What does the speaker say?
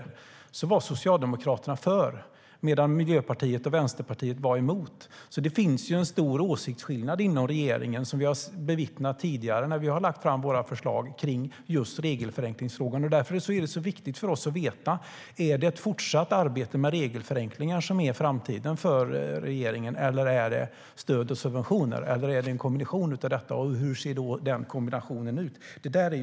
Den mest kända var Attefallshuset, men vi har också små tillbyggnader, takkupor och annat. Det finns alltså en stor åsiktsskillnad inom regeringen, som vi har bevittnat tidigare när vi har lagt fram våra förslag kring regelförenklingsfrågan. Därför är det viktigt för oss att veta om det är ett fortsatt arbete med regelförenklingar som är framtiden för regeringen eller om det är stöd och subventioner eller en kombination av det. Hur ser den kombinationen i så fall ut?